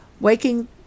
waking